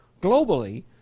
Globally